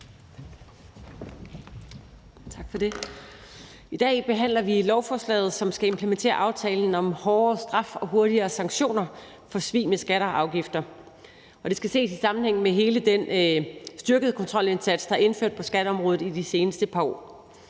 I dag behandler vi lovforslaget, som skal implementere aftalen om hårdere straf og hurtigere sanktioner for svig med skatter og afgifter, og det skal ses i sammenhæng med hele den styrkede kontrolindsats, der er indført på skatteområdet i de seneste par år.